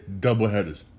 doubleheaders